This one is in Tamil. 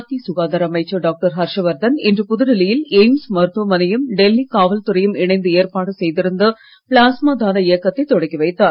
மத்திய சுகாதார அமைச்சர் டாக்டர் ஹர்ஷவர்தன் இன்று புதுடெல்லியில் எய்ம்ஸ் மருத்துவமனையும் டெல்லி காவல் துறையும் இணைந்து ஏற்பாடு செய்திருந்த பிளாஸ்மா தான இயக்கத்தை தொடக்கி வைத்தார்